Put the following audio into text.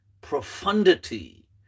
profundity